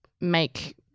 make